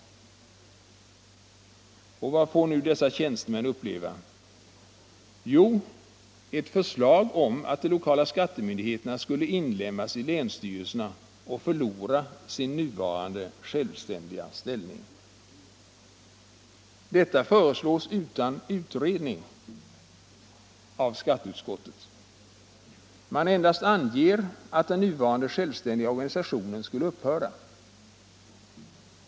Och vad får nu dessa tjänstemän uppleva? Jo, ett förslag om att de lokala skattemyndigheterna skulle inlemmas i länsstyrelserna och förlora sin nuvarande självständiga ställning. Detta föreslås av skatteutskottet utan utredning. Man endast anger att den nuvarande självständiga organisationen skulle upphöra.